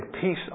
peace